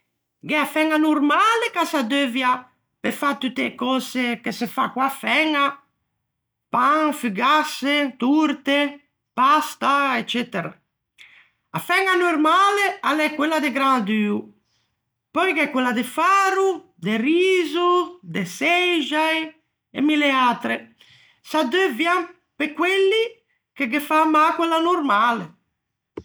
Gh'é a fæña normale, ch'a s'addeuvia pe fâ tutte e cöse che se fa co-a fæña, pan, fugasse, torte, pasta, eccetera. A fæña normale a l'é quella de gran duo. Pöi gh'é quella de faro, de riso, de çeixai e mille atre: s'addeuvian pe quelli che ghe fa mâ quella normale.